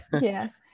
Yes